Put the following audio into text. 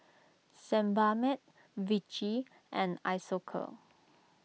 Sebamed Vichy and Isocal